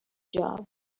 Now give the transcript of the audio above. job